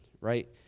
right